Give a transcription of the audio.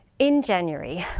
in january,